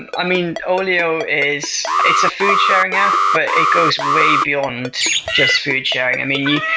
and i mean, olio is, it's a food sharing app, but it goes way beyond just food sharing. i mean,